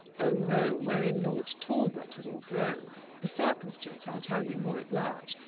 o no wherein lord talbot was o'rethrown the circumstance ile tell you more at large.